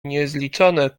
niezliczone